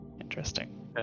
interesting